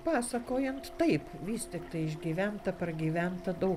pasakojant taip vis tiktai išgyventa pragyventa daug